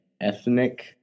ethnic